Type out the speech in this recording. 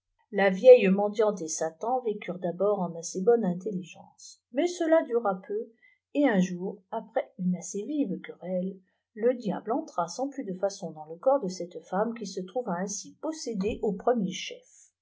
la vieille mendiante et satan vécurent d'abord en assez bonne intelligence mais cela dura peu et ua jour après une assez vive querelle le diable entra sans plus dô façon dans le corps de cette femme qui se trouva ainsi possédée au premier chef